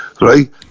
Right